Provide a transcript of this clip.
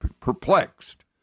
perplexed